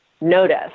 notice